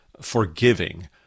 forgiving